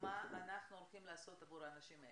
מה אנחנו הולכים לעשות עבור האנשים האלה,